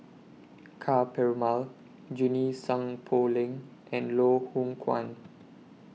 Ka Perumal Junie Sng Poh Leng and Loh Hoong Kwan